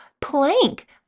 plank